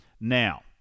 Now